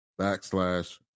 backslash